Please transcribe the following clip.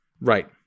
Right